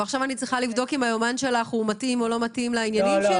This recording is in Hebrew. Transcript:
ועכשיו אני צריכה לבדוק אם היומן שלך מתאים או לא לעניינים שלי?